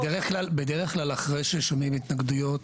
בדרך כלל אחרי ששומעים התנגדויות,